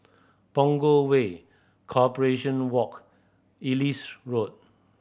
Punggol Way Corporation Walk Ellis Road